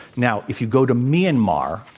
now, if you go to myanmar,